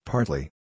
Partly